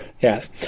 Yes